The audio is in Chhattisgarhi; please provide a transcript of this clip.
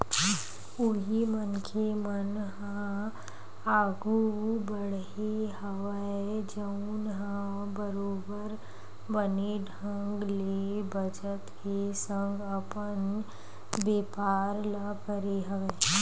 उही मनखे मन ह आघु बड़हे हवय जउन ह बरोबर बने ढंग ले बचत के संग अपन बेपार ल करे हवय